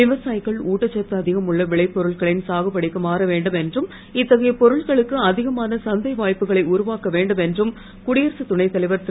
விவசாயிகள் ஊட்டச்சத்து அதிகமுள்ள விளைபொருட்களின் சாகுபடிக்கு மாற வேண்டும் என்றும் இத்தகைய பொருட்களுக்கு அதிகமான சந்தை வாய்ப்புகளை உருவாக்க வேண்டும் என்றும் குடியரசு துணை தலைவர் திரு